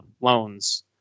loans